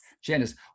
Janice